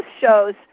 shows